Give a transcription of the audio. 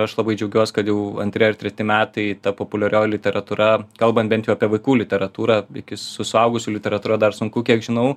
aš labai džiaugiuos kad jau antri ar treti metai ta populiarioji literatūra kalbant bent jau apie vaikų literatūrą iki su suaugusių literatūra dar sunku kiek žinau